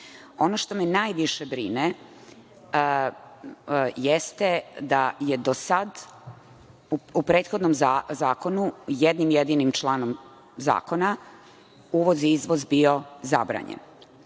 što me najviše brine jeste da je do sad u prethodnom zakonu jednim jedinim članom zakona uvoz i izvoz bio zabranjen.